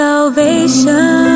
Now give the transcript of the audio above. Salvation